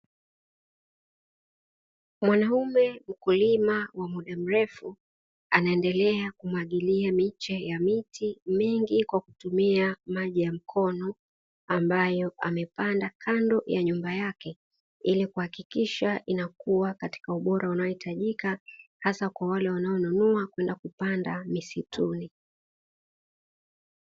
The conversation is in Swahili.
Mwanaume mkulima wa muda mrefu anaendelea kumwagilia miche ya miti mingi kwa kutumia maji ya mkono, ambayo amepanda kando ya nyumba yake ili kuhakikisha inakua kwa ubora unaohitajika hasa kwa wale wanaonunua kwenda kupanda misituni.